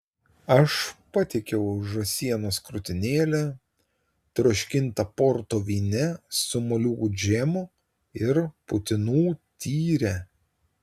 aš patiekiau žąsienos krūtinėlę troškintą porto vyne su moliūgų džemu ir putinų tyre